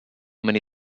many